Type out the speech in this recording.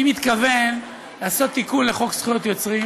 אני מתכוון לעשות תיקון לחוק זכויות יוצרים.